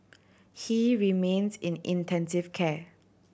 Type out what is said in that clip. he remains in intensive care